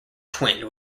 twinned